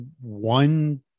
one